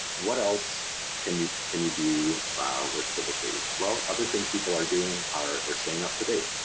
what else can you can you do with civicleads? well other things people are doing are, they're staying up-to-date.